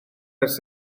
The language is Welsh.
ers